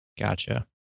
Gotcha